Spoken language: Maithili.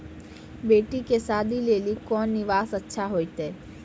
बेटी के शादी लेली कोंन निवेश अच्छा होइतै?